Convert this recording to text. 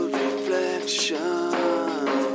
reflection